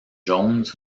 jones